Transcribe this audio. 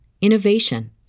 innovation